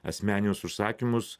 asmenius užsakymus